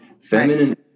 Feminine